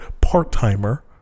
part-timer